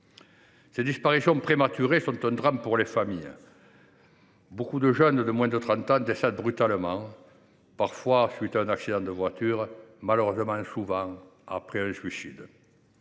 Les disparitions prématurées sont un drame pour les familles. Beaucoup de jeunes de moins de 30 ans décèdent brutalement, parfois à la suite d’un accident de voiture ou, souvent, malheureusement, d’un suicide.